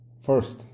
First